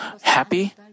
happy